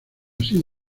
sin